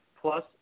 plus